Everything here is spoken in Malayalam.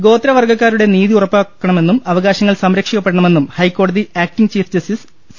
ഗോത്രവർഗ്ഗക്കാരുടെ നീതി ഉറപ്പുവരുത്തണമെന്നും അവകാശങ്ങൾ സംരക്ഷി ക്കപ്പെടണമെന്നും ഹൈക്കോടതി ആക്ടിംഗ് ചീഫ് ജസ്റ്റിസ് സി